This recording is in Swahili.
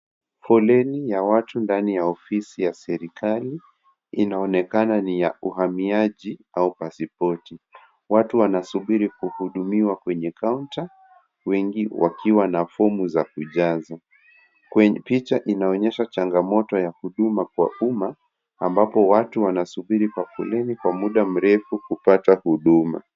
Foleni ya watu ndani ya ofisi za serikali inaonekana ni ya uhamiaji au pasipoti. Watu wanasubiri kuhudumiwa kwenye kaunta wengi wakiwa na fomu za kujaza. Picha inaonyesha changamoto ya huduma kwa umma ambapo watu wanasubiri kwa foleni kwa muda mrefu kupata huduma.